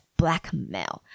blackmail